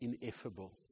ineffable